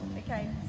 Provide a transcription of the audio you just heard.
Okay